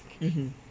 mmhmm